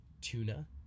tuna